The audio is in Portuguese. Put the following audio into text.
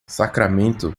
sacramento